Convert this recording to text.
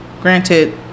granted